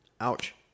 Ouch